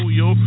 yo